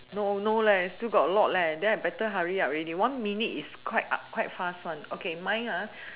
no no leh still got a lot leh then I better hurry up already one minute is quite uh quite fast one okay mine ah